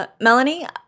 Melanie